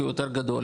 כי הוא יותר גדול,